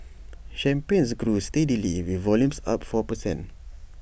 champagnes grew steadily with volumes up four per cent